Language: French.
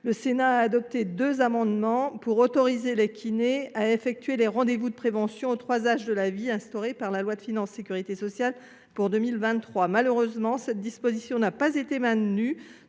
le Sénat a adopté deux amendements pour autoriser les kinés à effectuer les rendez vous de prévention aux trois âges de la vie instaurés par la loi de financement de la sécurité sociale pour 2023. Malheureusement, cette disposition n’a pas été maintenue